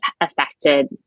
affected